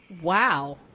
wow